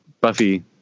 Buffy